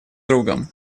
другом